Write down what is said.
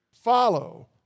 Follow